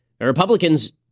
Republicans